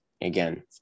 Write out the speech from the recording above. again